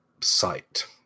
site